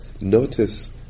Notice